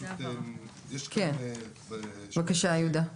פשוט יש כאן בשורה השלישית,